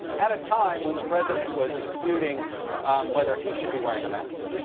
at a time when the president was disputing whether he should be wearing a mask.